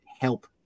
help